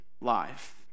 life